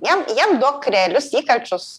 jiem jiem duok realius įkalčius